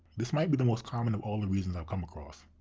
this might be the most common of all the reasons i've come across.